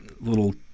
little